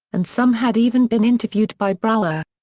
and some had even been interviewed by brower.